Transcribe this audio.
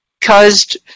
caused